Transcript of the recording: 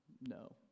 No